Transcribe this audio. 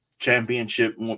Championship